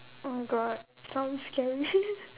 oh God sounds scary